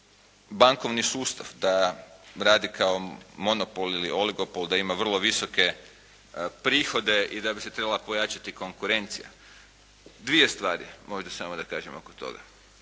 bankovni sustav, da radi kao monopol ili oligopol, da ima vrlo visoke prihode i da bi se trebala pojačati konkurencija. Dvije stvari možda samo da kažem oko toga.